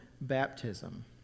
baptism